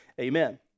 amen